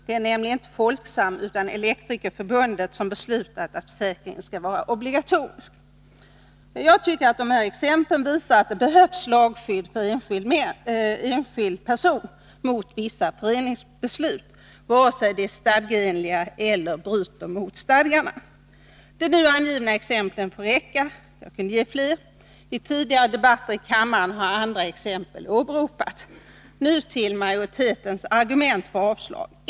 Det är nämligen inte Folksam utan Elektrikerförbundet som har beslutat att försäkringar skall vara obligatoriska. Jag tycker att dessa exempel visar att det behövs lagskydd för enskild person mot vissa föreningsbeslut, oavsett om besluten är stadgeenliga eller bryter mot stadgarna. De nu angivna exemplen får räcka — jag skulle kunna ge fler. Vid tidigare debatter i kammaren har andra exempel åberopats. Nu övergår jag till att bemöta utskottsmajoritetens argument för avslag.